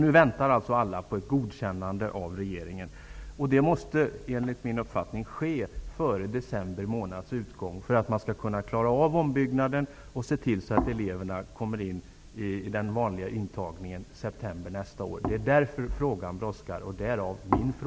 Nu väntar alltså alla på ett godkännande av regeringen. Det måste, enligt min uppfattning, ske före december månads utgång så att ombyggnaden blir klar och eleverna kan komma med i den vanliga intagningen i september nästa år. Det är därför frågan brådskar.